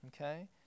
okay